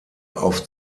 auf